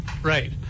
Right